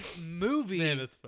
movie